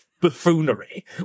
buffoonery